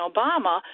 Obama